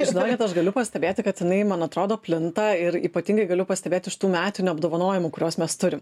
žinokit aš galiu pastebėti kad jinai man atrodo plinta ir ypatingai galiu pastebėt iš tų metinių apdovanojimų kuriuos mes turim